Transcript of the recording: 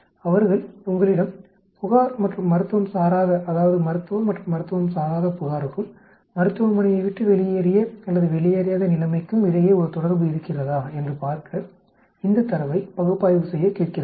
அவர்கள் உங்களிடம் புகார் மற்றும் மருத்துவம் சாராத அதாவது மருத்துவம் மற்றும் மருத்துவம் சாராத புகாருக்கும் மருத்துவமனயை விட்டு வெளியேறிய அல்லது வெளியாறாத நிலைமைக்கும் இடையே ஒரு தொடர்பு இருக்கிறதா என்று பார்க்க இந்த தரவை பகுப்பாய்வு செய்ய கேட்கிறார்கள்